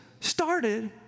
started